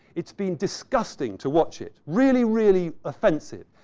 it's been disgusting to watch it. really, really offensive.